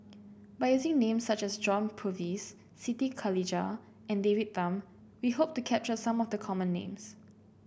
by using names such as John Purvis Siti Khalijah and David Tham we hope to capture some of the common names